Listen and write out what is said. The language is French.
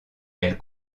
elle